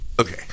Okay